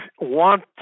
want